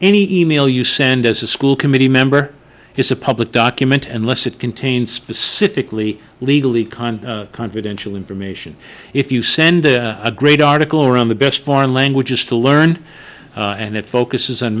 any e mail you send as a school committee member is a public document and less it contains specifically legal econ confidential information if you send a great article around the best foreign languages to learn and it focuses